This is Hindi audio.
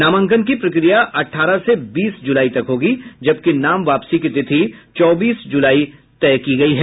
नामांकन की प्रक्रिया अठारह से बीस जुलाई तक होगी जबकि नाम वापसी की तिथि चौबीस जुलाई तय की गयी है